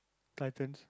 Titans